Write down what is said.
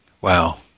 Wow